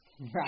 Right